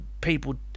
People